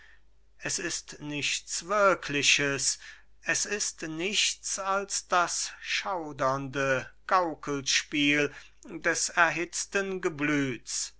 es ist nichts wirkliches es ist nichts als das schaudernde gaukelspiel des erhitzten geblüths hat